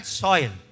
soil